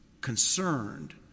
concerned